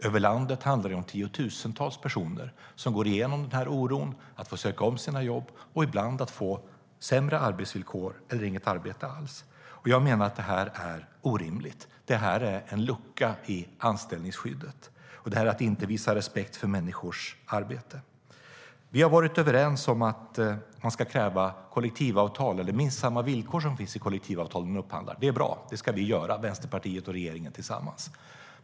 Över landet handlar det om tiotusentals personer som går igenom oron att behöva söka om sina jobb och ibland få sämre arbetsvillkor eller inget arbete alls. Jag menar att det här är orimligt. Det är en lucka i anställningsskyddet. Det är att inte visa respekt för människors arbete. Vi har varit överens om att man ska kräva kollektivavtal eller minst samma villkor som finns i kollektivavtal när man upphandlar. Det är bra. Det ska vi göra, Vänsterpartiet och regeringen tillsammans.